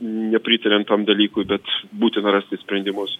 nepritariant tam dalykui bet būtina rasti sprendimus